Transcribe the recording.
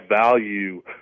value